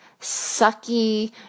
sucky